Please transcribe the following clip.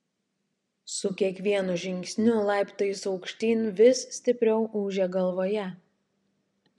su kiekvienu žingsniu laiptais aukštyn vis stipriau ūžė galvoje